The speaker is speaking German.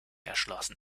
erschlossen